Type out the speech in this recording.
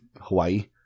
Hawaii